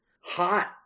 Hot